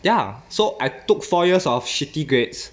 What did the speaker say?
ya so I took four years of shitty grades